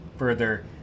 further